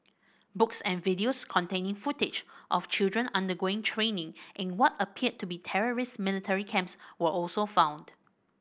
books and videos containing footage of children undergoing training in what appeared to be terrorist military camps were also found